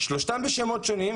שלושתם בשמות שונים,